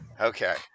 Okay